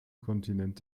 kontinent